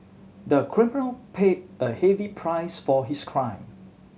the criminal paid a heavy price for his crime